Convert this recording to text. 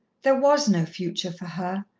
there was no future for her.